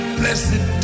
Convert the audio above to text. blessed